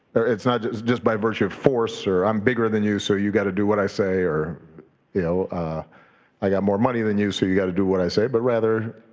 or it's not just by virtue of force or i'm bigger than you so you gotta do what i say or you know i got more money than you so you gotta do what i say. but rather,